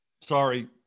Sorry